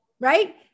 Right